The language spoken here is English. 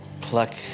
pluck